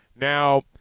Now